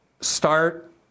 start